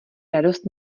radost